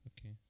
Okay